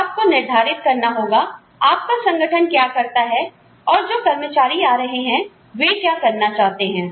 तो आपको निर्धारित करना होगा आपका संगठन क्या करता है और जो कर्मचारी आ रहे हैं वे क्या करना चाहते हैं